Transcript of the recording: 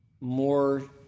more